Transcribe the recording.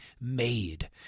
made